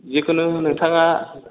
जिखुनु नोंथाङा